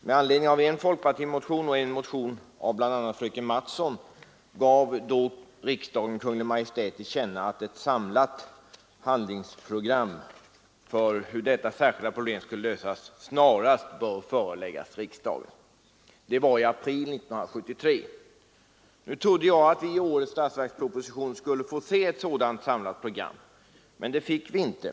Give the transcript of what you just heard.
Med anledning av en folkpartimotion och en motion av bl.a. fröken Mattson gav riksdagen Kungl. Maj:t till känna att ett samlat handlingsprogram för hur detta särskilda problem skall lösas snarast bör föreläggas riksdagen. Det var i april 1973. Nu trodde jag att vi i årets statsverksproposition skulle få se ett sådant samlat program. Men det fick vi inte.